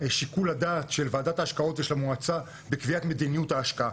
שיקול הדעת של ועדת ההשקעות ושל המועצה בקביעת מדיניות ההשקעה.